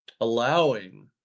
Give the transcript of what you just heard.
allowing